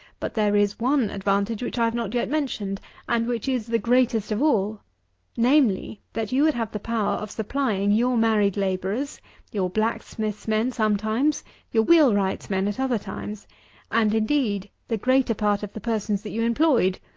but there is one advantage which i have not yet mentioned and which is the greatest of all namely, that you would have the power of supplying your married labourers your blacksmith's men sometimes your wheelwright's men at other times and, indeed, the greater part of the persons that you employed,